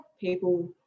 people